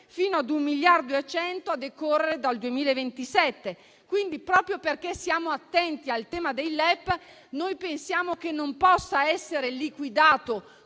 fino ad 1,1 miliardi a decorrere dal 2027. Proprio perché siamo attenti al tema dei LEP, pensiamo che non possa essere liquidato